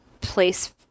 place